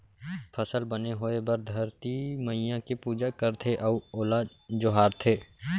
फसल बने होए बर धरती मईया के पूजा करथे अउ ओला जोहारथे